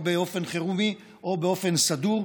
או באופן חירומי או באופן סדור,